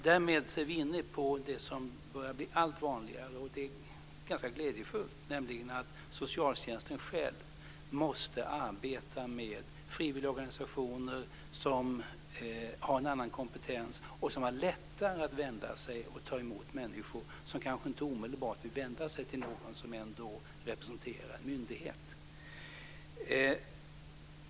Därmed är vi inne på det som börjar bli allt vanligare, och det är ganska glädjefullt, nämligen att socialtjänsten själv måste arbeta med frivilligorganisationer som har en annan kompetens och som har lättare att vända sig till och ta emot människor som kanske inte omedelbart vill vända sig till någon som ändå representerar en myndighet.